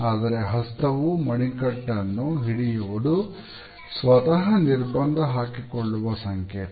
ಆದರೆ ಹಸ್ತವೂ ಮಣಿಕಟ್ಟನ್ನು ಹಿಡಿಯುವುದು ಸ್ವತಹ ನಿರ್ಬಂಧ ಹಾಕಿಕೊಳ್ಳುವ ಸಂಕೇತ